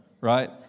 right